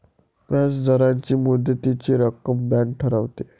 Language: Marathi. व्याजदरांची मुदतीची रचना बँक ठरवते